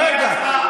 רגע, רגע.